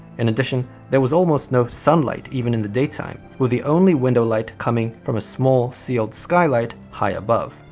in addition, there was almost no sunlight even in the daytime, with the only window light coming from a small sealed skylight high above.